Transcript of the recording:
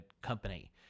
company